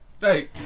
Hey